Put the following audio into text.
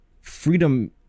Freedom